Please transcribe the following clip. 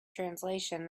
translation